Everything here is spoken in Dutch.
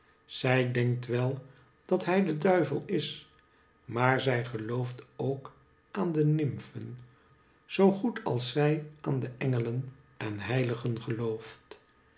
zij denkt wel dat hij de duivel is maar zij gelooft ook aan de nymfen zoo goed als zij aan de engelen en heiligen gelooft